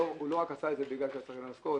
והוא עשה את זה לא רק כדי לקבל משכורת,